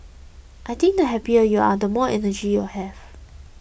I think the happier you are the more energy you have